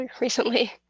recently